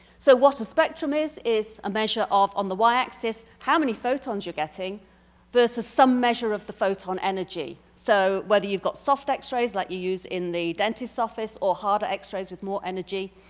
so what a spectrum is, is a measure of on the y-axis how many photons you're getting verses some measure of the photon energy. so whether you've got soft x-rays like you use in the dentist office or hard x-rays with more energy.